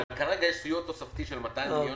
אבל כרגע יש סיוע תוספתי של 200 מיליון